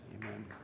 Amen